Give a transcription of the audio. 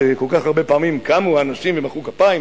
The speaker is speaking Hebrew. שכל כך הרבה פעמים קמו אנשים ומחאו כפיים,